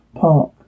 Park